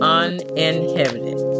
uninhibited